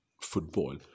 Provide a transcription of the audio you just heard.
football